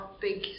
big